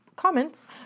comments